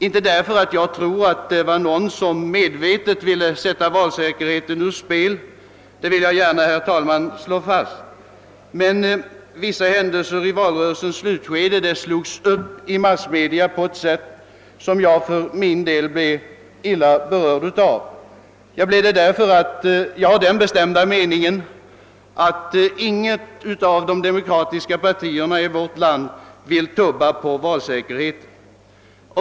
Jag tror inte att det var någon som medvetet ville sätta valsäkerheten ur spel — det vill jag understryka, herr talman — men vissa händelser under slutet av valrörelsen slogs upp i massmedia på ett sätt som jag för min del blev illa berörd av. Jag blev det därför att jag har den bestämda meningen att inget av de demokratiska partierna i vårt land vill tumma på valsäkerheten.